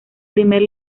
primer